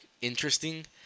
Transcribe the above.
interesting